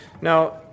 Now